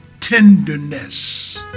tenderness